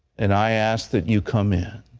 and i ask that you come in.